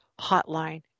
Hotline